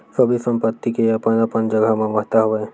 सबे संपत्ति के अपन अपन जघा म महत्ता हवय